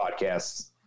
podcasts